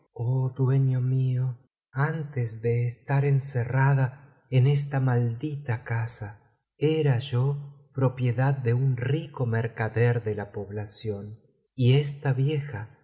dueño mío antes de estar encerrada en esta maldita casa era yo propiedad de un rico mercader de la población y esta vieja